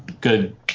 good